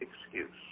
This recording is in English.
excuse